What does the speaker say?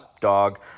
Dog